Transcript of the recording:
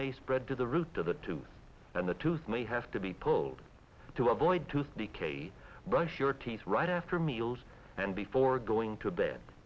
may spread to the root of the tooth and the tooth may have to be pulled to avoid tooth decay brush your teeth right after meals and before going to bed